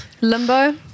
Limbo